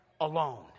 alone